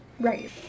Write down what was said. Right